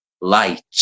light